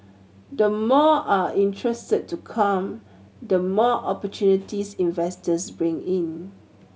the more are interested to come the more opportunities investors bring in